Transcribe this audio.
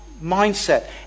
mindset